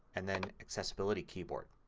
and then accessibility keyboard.